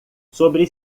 sobre